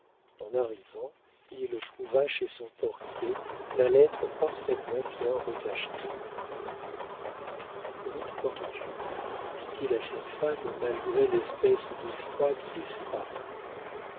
en arrivant il trouva chez son portier la lettre parfaitement bien recachetée comment te portes-tu dit-il à sa femme malgré l'espèce de froid qui les séparait